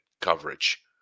coverage